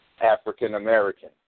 African-American